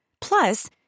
Plus